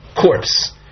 corpse